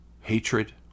hatred